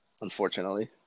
Unfortunately